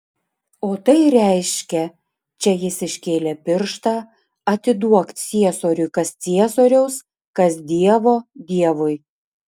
o tai reiškia čia jis iškėlė pirštą atiduok ciesoriui kas ciesoriaus kas dievo dievui